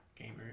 gamer